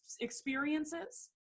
experiences